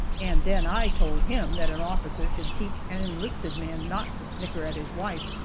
and then i told him that an officer should teach an enlisted man not to snicker at his wife,